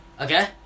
Okay